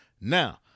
Now